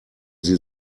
sie